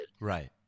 Right